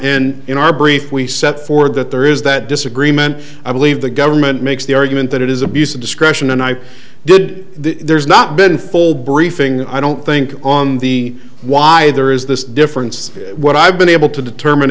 in in our brief we set forward that there is that disagreement i believe the government makes the argument that it is abuse of discretion and i did there's not been fold reefing i don't think on the why there is this difference what i've been able to determine